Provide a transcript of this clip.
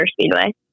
Speedway